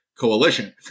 coalition